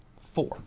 four